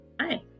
Hi